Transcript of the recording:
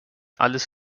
alles